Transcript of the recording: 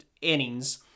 innings